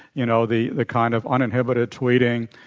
you know, the the kind of uninhibited tweeting,